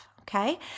okay